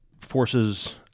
forces